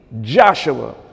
Joshua